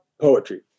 poetry